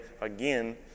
again